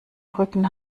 rücken